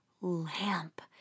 lamp